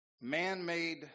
Man-made